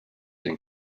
and